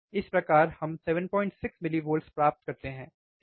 इस प्रकार हम 76 मिलीवोल्ट प्राप्त करते हैं ठीक